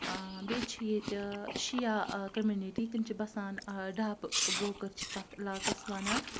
بیٚیہِ چھِ ییٚتہِ شِیَہہ کَمنِٹی تِم چھِ بَسان ڈپ ووکَر چھِ تَتھ علاقَس وَنان